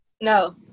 No